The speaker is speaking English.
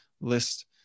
list